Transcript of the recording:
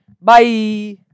Bye